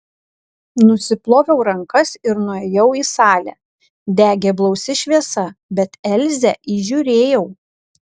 nusiploviau rankas ir nuėjau į salę degė blausi šviesa bet elzę įžiūrėjau